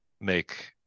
make